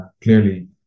clearly